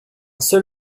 seul